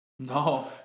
No